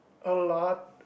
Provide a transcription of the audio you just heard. a lot